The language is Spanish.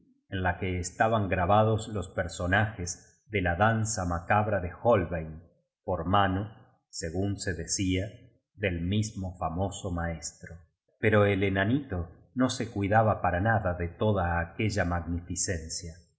en la que estaban grabados los personajes de la danza macabra de holbein por mano según se decía del mismo famoso maestro pero el enanito no se cuidaba para nada de toda aquella magnificencia